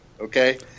okay